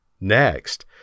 next